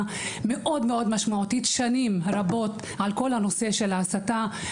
מאוד מאוד משמעותית על כל נושא ההסתה כבר שנים רבות.